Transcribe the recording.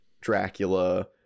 dracula